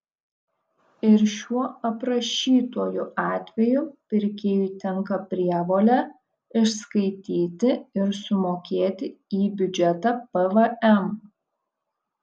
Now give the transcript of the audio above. ir šiuo aprašytuoju atveju pirkėjui tenka prievolė išskaityti ir sumokėti į biudžetą pvm